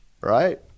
right